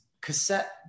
cassette